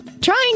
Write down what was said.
trying